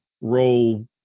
role